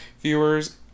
viewers